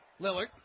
Lillard